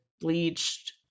Bleached